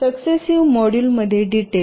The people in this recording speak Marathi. सक्सेसिव्ह मॉड्यूल मध्ये डिटेल